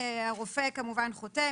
הרופא כמובן חותם,